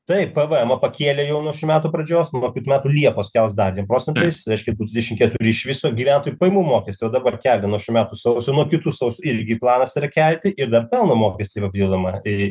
taip pėvėemą pakėlė jau nuo šių metų pradžios nuo kitų metų liepos kels dar dviem procentais reiškia bus dvidešim keturi iš viso gyventojų pajamų mokestį o dabar kelia nuo šių metų sausio nuo kitų sausio irgi planas yra kelti ir dar pelno mokestį papildomą į